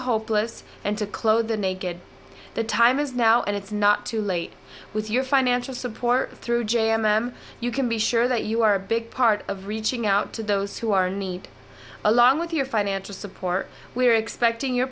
hopeless and to clothe the naked the time is now and it's not too late with your financial support through j m m you can be sure that you are a big part of reaching out to those who are need along with your financial support we are expecting your